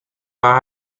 war